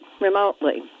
remotely